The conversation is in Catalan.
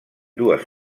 dues